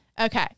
Okay